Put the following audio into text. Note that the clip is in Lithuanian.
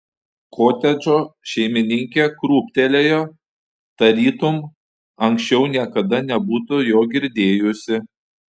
kotedžo šeimininkė krūptelėjo tarytum anksčiau niekada nebūtų jo girdėjusi